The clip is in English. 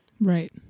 right